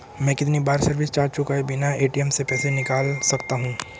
मैं कितनी बार सर्विस चार्ज चुकाए बिना ए.टी.एम से पैसे निकाल सकता हूं?